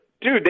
dude